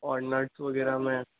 और नट्स वग़ैरह में